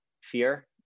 fear